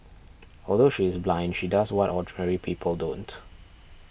although she is blind she does what ordinary people don't